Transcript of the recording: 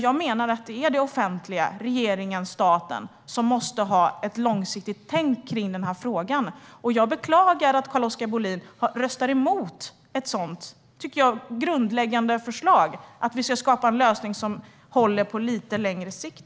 Jag menar att det är det offentliga - regeringen, staten - som ska ha ett långsiktigt tänk i den här frågan. Jag beklagar att Carl-Oskar Bohlin röstar emot ett sådant grundläggande förslag om att skapa en lösning som håller på lite längre sikt.